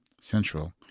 Central